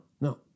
no